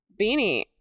Beanie